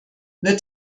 wird